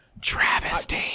Travesty